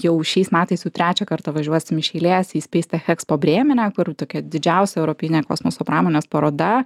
jau šiais metais jau trečią kartą važiuosim iš eilės į space tech expo brėmene kur tokia didžiausia europinė kosmoso pramonės paroda